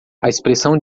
expressão